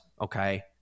okay